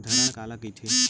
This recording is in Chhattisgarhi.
धरण काला कहिथे?